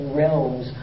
realms